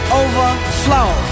overflow